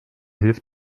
hilf